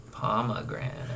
Pomegranate